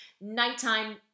nighttime